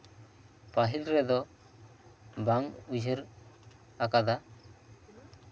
ᱯᱟᱹᱦᱤᱞ ᱨᱮᱫ ᱵᱟᱝ ᱩᱭᱦᱟᱹᱨ ᱟᱠᱟᱫᱟ